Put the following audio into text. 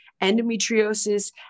endometriosis